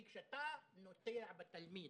כי כשאתה נוטע בתלמיד